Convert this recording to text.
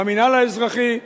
במינהל האזרחי,